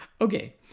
Okay